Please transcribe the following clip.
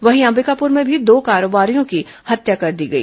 वहीं अंबिकापुर में भी दो कारोबारियों की हत्या कर दी गई